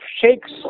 shakes